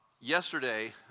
yesterday